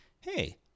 hey